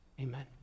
amen